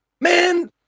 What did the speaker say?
man